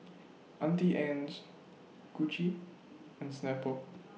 Auntie Anne's Gucci and Snapple